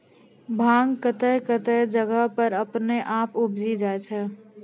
भांग कतौह कतौह जगह पर अपने आप उपजी जाय छै